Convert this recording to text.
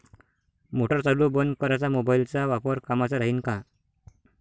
Motor चालू बंद कराच मोबाईलचा वापर कामाचा राहीन का?